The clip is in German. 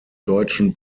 deutschen